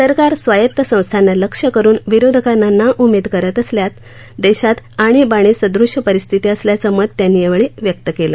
सरकार स्वायत्त संस्थांना लक्ष्य करून विरोधकांना नाउमेद करत असल्यानं देशात आणीबाणीसदृष्य परिस्थिती असल्याचं मत त्यांनी यावेळी व्यक्त केलं